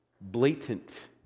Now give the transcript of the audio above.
blatant